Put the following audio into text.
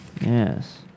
Yes